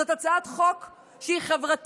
זו הצעת חוק חברתית,